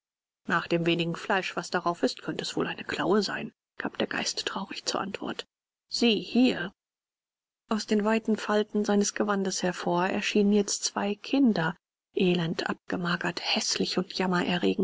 nach dem wenigen fleisch was darauf ist könnte es wohl eine klaue sein gab der geist traurig zur antwort sieh hier aus den weiten falten seines gewandes hervor erschienen jetzt zwei kinder elend abgemagert häßlich und